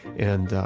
and,